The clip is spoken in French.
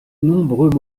nombreux